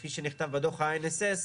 כפי שנכתב בדוח ה-NSS,